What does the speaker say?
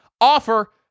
offer